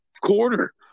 quarter